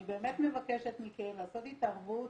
אני באמת מבקשת מכם לעשות התערבות.